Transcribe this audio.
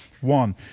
One